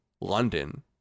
London